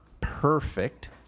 perfect